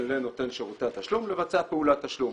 לנותן שירותי התשלום לבצע פעולת תשלום.